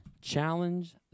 challenge